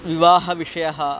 विवाहविषयः